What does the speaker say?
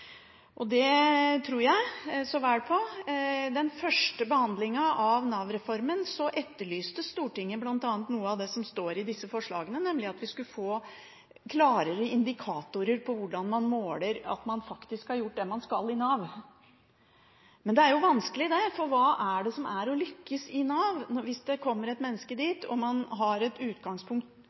gode. Det tror jeg så vel på. I den første behandlingen av Nav-reformen etterlyste Stortinget bl.a. noe av det som står i disse forslagene, nemlig at vi skulle få klarere indikatorer på hvordan man måler at man faktisk har gjort det man skal i Nav. Men det er vanskelig – for hva er det som er å lykkes i Nav? Hvis det kommer et menneske dit som har som utgangspunkt at man sjølsagt ønsker jobb, og